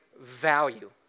value